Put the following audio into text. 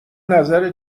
نظر